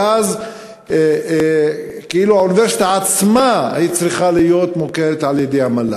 ואז כאילו האוניברסיטה עצמה צריכה להיות מוכרת על-ידי המל"ג.